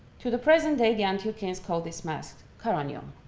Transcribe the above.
to the present day the antiochans called this mask charonion.